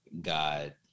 God